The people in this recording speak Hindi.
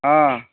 हाँ